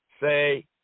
say